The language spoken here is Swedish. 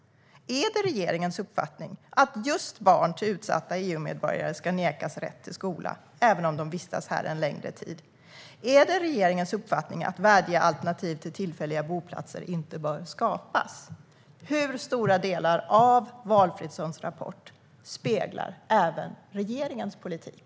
Är det regeringens uppfattning att barn till utsatta EU-medborgare ska nekas rätt till skola även om de vistas här en längre tid? Är det regeringens uppfattning att värdiga alternativ till tillfälliga boplatser inte bör skapas? Hur stora delar av Valfridssons rapport speglar även regeringens politik?